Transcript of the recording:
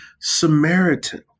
Samaritan